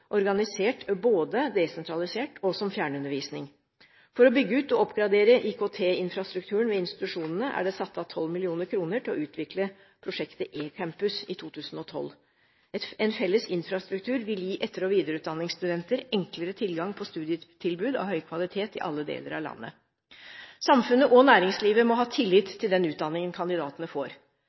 organisert både desentralisert og som fjernundervisning. For å bygge ut og oppgradere IKT-infrastrukturen ved institusjonene er det satt av 12 mill. kr til å utvikle prosjektet eCampus i 2012. En felles infrastruktur vil gi etter- og videreutdanningsstudenter enklere tilgang på studietilbud av høy kvalitet i alle deler av landet. Samfunnet og næringslivet må ha tillit til den utdanningen kandidatene får.